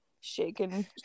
shaking